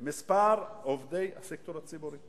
מספר עובדי הסקטור הציבורי.